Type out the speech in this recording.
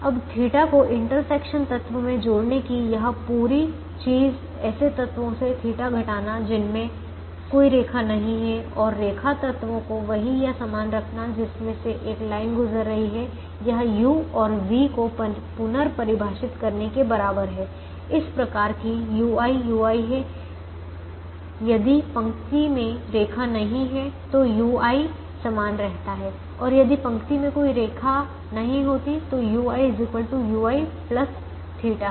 अब थीटा को इंटरसेक्शन तत्व में जोड़ने की यह पूरी चीज ऐसे तत्वों से θ घटाना जिनमे कोई रेखा नहीं है और रेखा तत्वों को वही या समान रखना जिसमें से एक लाइन गुजर रही है यह u और v को पुनर्परिभाषित करने के बराबर है इस प्रकार कि ui ui है यदि पंक्ति में रेखा नहीं है तो ui समान रहता है और यदि पंक्ति में कोई रेखा नहीं होती तो ui ui θ है